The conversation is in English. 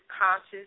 conscious